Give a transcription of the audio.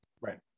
right